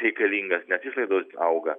reikalingas nes išlaidos auga